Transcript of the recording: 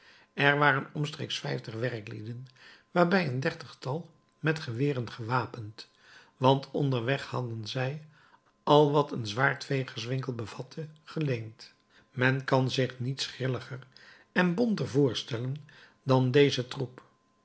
er waren omstreeks vijftig werklieden waarbij een dertigtal met geweren gewapend want onderweg hadden zij al wat een zwaardvegerswinkel bevatte geleend men kan zich niets grilliger en bonter voorstellen dan dezen troep